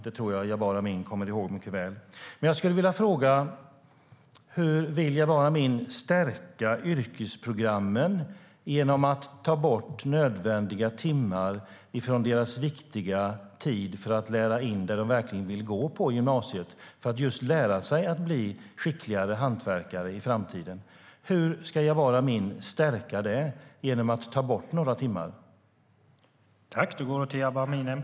Det tror jag att Jabar Amin kommer ihåg väl.